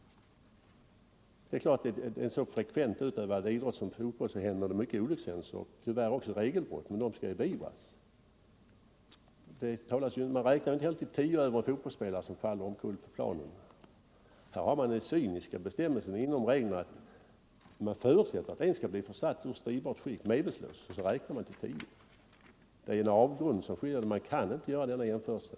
Det är klart att i en så frekvent utövad idrott som fotboll händer det många olyckor, tyvärr också regelbrott, men de skall beivras. Man räknar inte till tio över en fotbollsspelare som faller omkull på planen. I boxning har man den cyniska bestämmelsen inom reglerna att man förutsätter att en skall bli försatt ur stridbart skick — medvetslös — och så räknar man till tio. Det är en avgrund som skiljer och det går inte att göra denna jämförelse.